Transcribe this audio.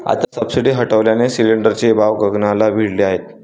आता सबसिडी हटवल्याने सिलिंडरचे भाव गगनाला भिडले आहेत